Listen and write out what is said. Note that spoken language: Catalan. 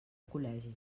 col·legi